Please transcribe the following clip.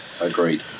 Agreed